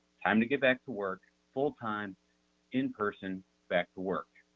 time to get back to work full time in-person back to work,